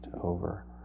over